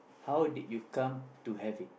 how did you come to have it